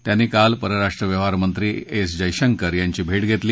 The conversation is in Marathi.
त्यांनी काल परराष्ट्र व्यवहार्मंत्री एस जयशंकर यांची भेट घेतली